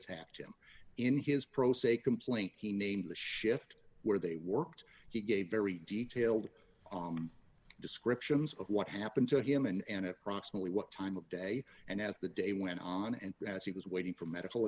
attacked him in his pro se complaint he named the shift where they worked he gave very detailed descriptions of what happened to him and approximately what time of day and as the day went on and as he was waiting for medical